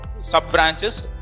sub-branches